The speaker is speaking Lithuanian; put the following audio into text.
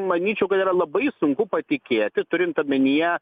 manyčiau kad yra labai sunku patikėti turint omenyje